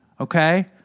okay